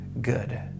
good